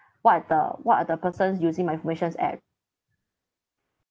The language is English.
what the what are the persons using my informations at